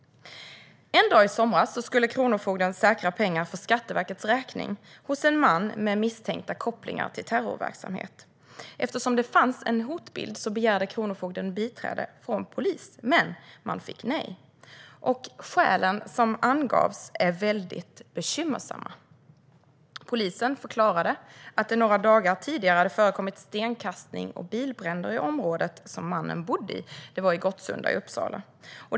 En dag i somras skulle kronofogden säkra pengar för Skatteverkets räkning hos en man med misstänkta kopplingar till terrorverksamhet. Eftersom det fanns en hotbild begärde kronofogden biträde från polisen, men man fick nej. De skäl som angavs var väldigt bekymmersamma. Polisen förklarade att det några dagar tidigare hade förekommit stenkastning och bilbränder i området som mannen bodde i - det var i Gottsunda i Uppsala.